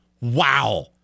Wow